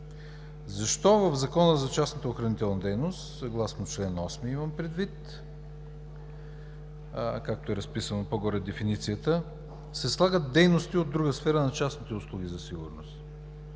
защо в Закона за частната охранителна дейност съгласно чл. 8, имам предвид, както е разписано по-горе в дефиницията, се слагат дейности от друга сфера на частните услуги за сигурност